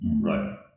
Right